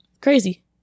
Crazy